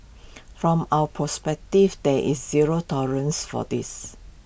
from our perspective there is zero tolerance for this